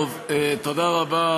טוב, תודה רבה.